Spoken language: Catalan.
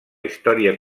història